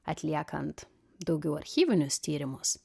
atliekant daugiau archyvinius tyrimus